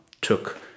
took